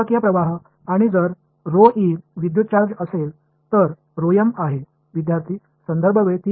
चुंबकीय प्रवाह आणि जर विद्युत चार्ज असेल तर आहे